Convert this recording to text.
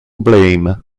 blame